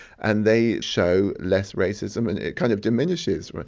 and they show less racism and it kind of diminishes,